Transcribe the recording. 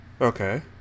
Okay